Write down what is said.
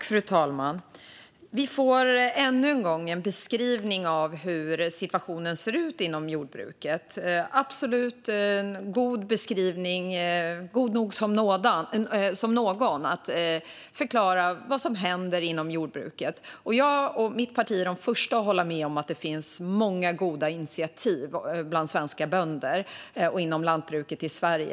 Fru talman! Vi får ännu en gång en beskrivning av hur situationen ser ut inom jordbruket. Det är en förklaring så god som någon av vad som händer inom jordbruket. Jag och mitt parti är de första att hålla med om att det finns många goda initiativ bland svenska bönder och inom lantbruket i Sverige.